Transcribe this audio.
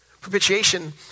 Propitiation